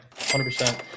100%